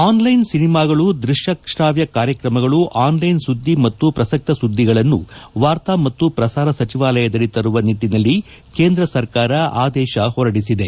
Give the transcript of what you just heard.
online ಸಿನಿಮಾಗಳು ದೃಶ್ಯಶ್ರಾವ್ಯ ಕಾರ್ಯಕ್ರಮಗಳು ಆನ್ಲೈನ್ ಸುದ್ದಿ ಮತ್ತು ಪ್ರಸಕ್ತ ಸುದ್ದಿಗಳನ್ನು ವಾರ್ತಾ ಮತ್ತು ಪ್ರಸಾರ ಸಚಿವಾಲಯದದಿ ತರುವ ನಿಟ್ಟಿನಲ್ಲಿ ಕೇಂದ್ರ ಸರ್ಕಾರ ಆದೇಶ ಹೊರಡಿಸಿದೆ